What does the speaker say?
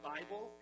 Bible